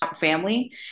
family